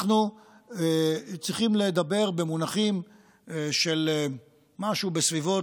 אנחנו צריכים לדבר במונחים של משהו בסביבות,